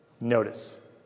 notice